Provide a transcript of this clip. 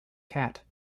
cat